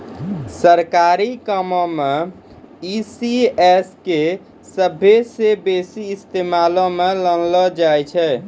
सरकारी कामो मे ई.सी.एस के सभ्भे से बेसी इस्तेमालो मे लानलो जाय छै